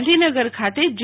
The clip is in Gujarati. ગાધીનગર ખાતે જી